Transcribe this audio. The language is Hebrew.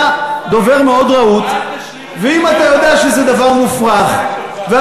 אתה דובר מאוד רהוט, אל תשליך את, עלי.